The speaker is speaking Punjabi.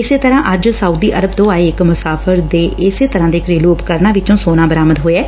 ਇਸੇ ਤਰੁਾ ਅੱਜ ਸਾਉਦੀ ਅਰਬ ਤੋਂ ਆਏ ਇਕ ਮੁਸਾਫ਼ਰ ਦੇ ਇਸੇ ਤਰੁਾ ਦੇ ਘਰੇਲੁ ਉਪਕਰਨਾਂ ਵਿਰੋਂ ਸੋਨਾ ਬਰਾਮਦ ਹੋਇਐ